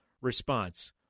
response